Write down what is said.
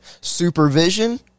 supervision